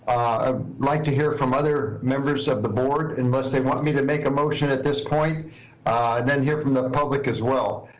ah like to hear from other members of the board unless they want me to make a motion at this point. and then hear from the the public as well.